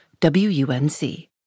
WUNC